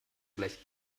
gleich